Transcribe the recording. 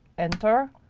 enter,